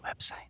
website